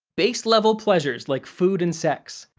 base-level pleasures like food and sex.